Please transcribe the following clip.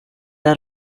are